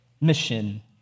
mission